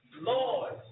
Lord